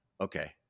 okay